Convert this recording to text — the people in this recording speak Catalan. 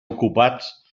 ocupats